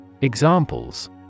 Examples